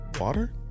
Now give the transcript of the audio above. Water